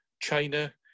China